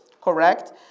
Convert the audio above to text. Correct